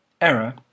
error